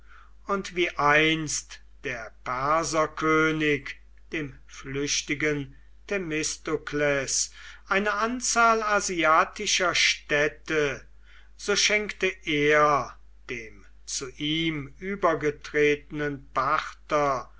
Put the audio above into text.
und wie einst der perserkönig dem flüchtigen themistokles eine anzahl asiatischer städte so schenkte er dem zu ihm übergetretenen parther